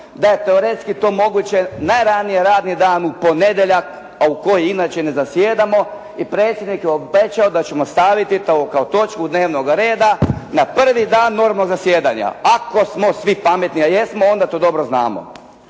da je teoretski to moguće najranije radni dan u ponedjeljak, a u koji inače ne zasjedamo i predsjednik je obećao da ćemo staviti to kao točku dnevnoga reda na prvi dan normalnoga zasjedanja. Ako smo svi pametni a jesmo, onda to dobro znamo.